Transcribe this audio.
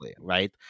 right